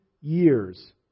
years